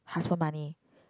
husband money